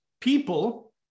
people